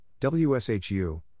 WSHU